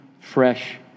fresh